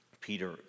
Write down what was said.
Peter